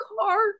car